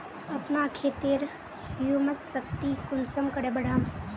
अपना खेतेर ह्यूमस शक्ति कुंसम करे बढ़ाम?